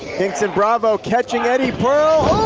pinx and bravo catching eddie pearl, oh!